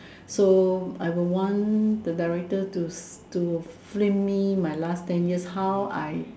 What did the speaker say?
so I will want the director to to film me my last ten years how I